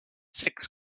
six